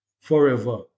forever